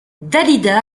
dalida